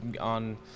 on